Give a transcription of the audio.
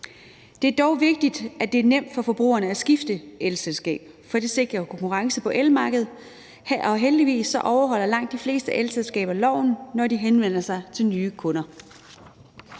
Det er dog vigtigt, at det er nemt for forbrugerne at skifte elselskab, for det sikrer konkurrence på elmarkedet, og heldigvis overholder langt de fleste elselskaber loven, når de henvender sig til nye kunder.